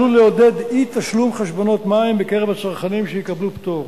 "עלול לעודד אי-תשלום חשבונות מים בקרב הצרכנים שיקבלו פטור,